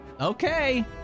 Okay